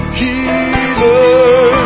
healer